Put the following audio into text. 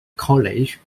college